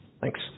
Thanks